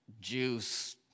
juice